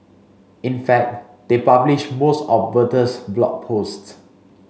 in fact they published most of Bertha's Blog Posts